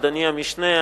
אדוני המשנה,